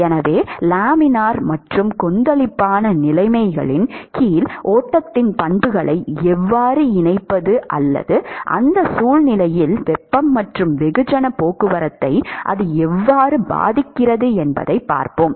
எனவே லேமினார் மற்றும் கொந்தளிப்பான நிலைமைகளின் கீழ் ஓட்டத்தின் பண்புகளை எவ்வாறு இணைப்பது அந்த சூழ்நிலையில் வெப்பம் மற்றும் வெகுஜன போக்குவரத்தை அது எவ்வாறு பாதிக்கிறது என்பதைப் பார்ப்போம்